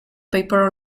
paper